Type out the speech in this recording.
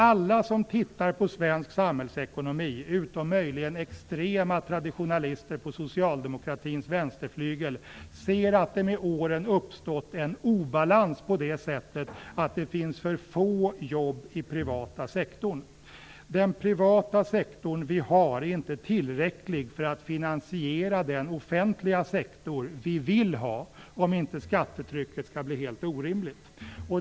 Alla som tittar på svensk samhällsekonomi, utom möjligen extrema traditionalister på socialdemokratins vänsterflygel, ser att det med åren uppstått en obalans på det sättet att det finns för få jobb i den privata sektorn. Den privata sektor vi har är inte tillräcklig för att finansiera den offentliga sektor vi vill ha, om inte skattetrycket skall bli helt orimligt.